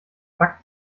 back